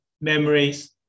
memories